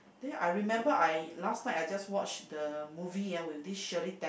then I remember I last night I just watch the movie ah with this Shirley tem~